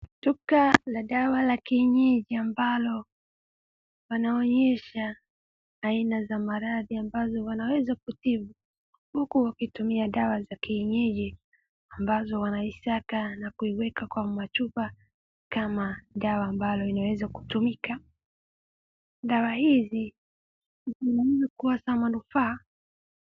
Duka la dawa la kienyeji ambalo wanaonyesha aina za maradhi ambazo wanaweza kutibu uku wakitumia dawa za kienyeji ambazo wanaisaka na kuiweka kwa machupa kama dawa ambalo linaweza kutumika. Dawa hizi ni muhimu kuwa za manufaa.